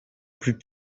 plus